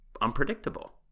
unpredictable